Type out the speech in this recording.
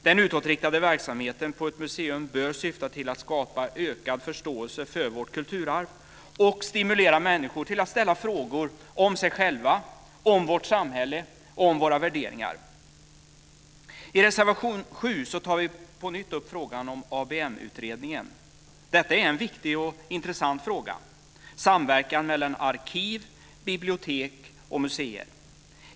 Den utåtriktade verksamheten på ett museum bör syfta till att skapa ökad förståelse för vårt kulturarv och stimulera människor till att ställa frågor om sig själva, om vårt samhälle och om våra värderingar. I reservation 7 tar vi på nytt upp frågan om ABM utredningen. Samverkan mellan arkiv, bibliotek och museer är en viktig och intressant fråga.